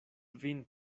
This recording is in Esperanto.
vin